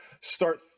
start